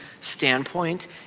standpoint